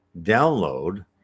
download